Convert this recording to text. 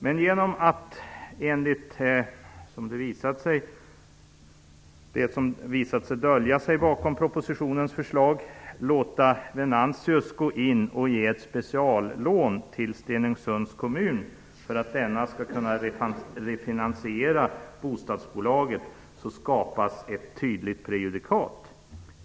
Men genom att man, enligt det som visat sig dölja sig bakom propositionens förslag, låter Venantius gå in och ge ett speciallån till Stenungsunds kommun för att denna skall kunna refinansiera bostadsbolaget skapas ett tydligt prejudikat.